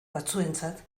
batzuentzat